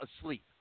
asleep